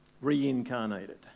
reincarnated